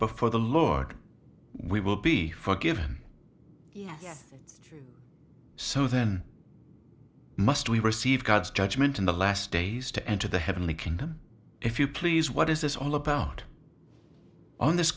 before the lord we will be forgiven so then must we receive god's judgment in the last days to enter the heavenly kingdom if you please what is this all about on this